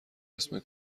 اسم